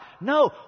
No